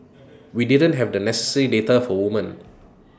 we didn't have the necessary data for women